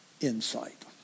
insight